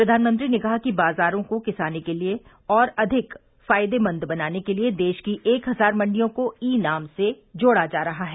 प्रधानमंत्री ने कहा कि बाजारों को किसानों के लिए और अधिक फायदेमंद बनाने के लिए देश की एक हजार मंडियों को ई नाम से जोड़ा जा रहा है